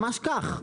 ממש כך.